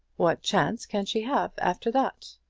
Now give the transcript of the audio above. what chance can she have after that?